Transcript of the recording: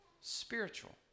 spiritual